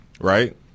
Right